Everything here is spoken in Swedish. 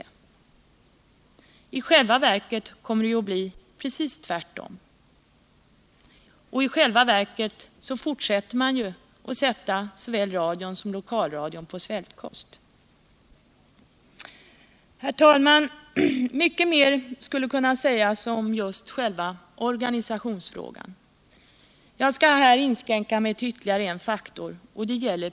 I själva verket kommer det att bli precis tvärtom — man fortsätter ju med att ha såväl radion som lokalradion på svältkost. Herr talman! Mycket mer skulle kunna sägas om just själva organisationsfrågan. Jag skall här inskränka mig till ytterligare en faktor, publikkontakten.